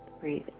Breathe